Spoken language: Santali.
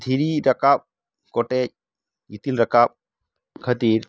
ᱫᱷᱤᱨᱤ ᱨᱟᱠᱟᱵ ᱠᱚᱴᱮᱡ ᱜᱤᱛᱤᱞ ᱨᱟᱠᱟᱵ ᱠᱷᱟᱹᱛᱤᱨ